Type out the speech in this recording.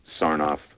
Sarnoff